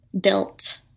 built